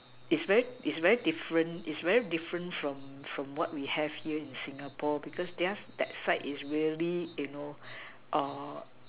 is very is very different is very different from from what we have here in Singapore because theirs that side is really you know